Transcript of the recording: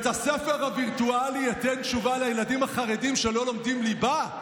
בית הספר הווירטואלי ייתן תשובה לילדים החרדים שלא לומדים ליבה?